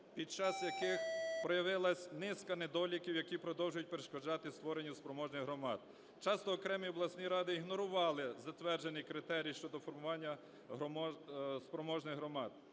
під час яких проявилася низка недоліків, які продовжують перешкоджати створенню спроможних громад. Часто окремі обласні ради ігнорували затверджений критерій щодо формування спроможних громад.